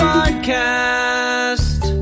Podcast